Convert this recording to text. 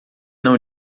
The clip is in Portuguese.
não